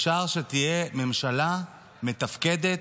אפשר שתהיה ממשלת מתפקדת,